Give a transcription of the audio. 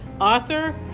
author